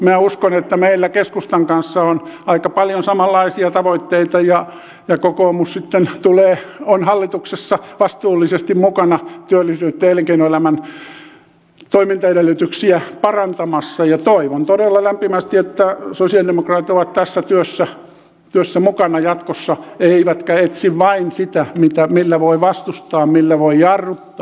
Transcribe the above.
minä uskon että meillä keskustan kanssa on aika paljon samanlaisia tavoitteita ja kokoomus sitten on hallituksessa vastuullisesti mukana työllisyyttä ja elinkeinoelämän toimintaedellytyksiä parantamassa ja toivon todella lämpimästi että sosialidemokraatit ovat tässä työssä mukana jatkossa eivätkä etsi vain sitä millä voi vastustaa millä voi jarruttaa